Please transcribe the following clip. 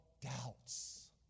doubts